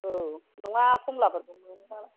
औ नङा खमलाफोरखौ मोनोबा